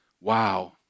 wow